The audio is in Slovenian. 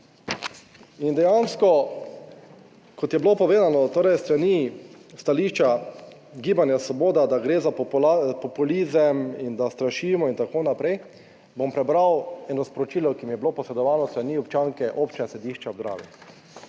In dejansko kot je bilo povedano, torej s strani stališča Gibanja Svoboda, da gre za populizem in da strašimo in tako naprej bom prebral eno sporočilo, ki mi je bilo posredovano s strani občanke občine sedišče ob Dravi.